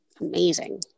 Amazing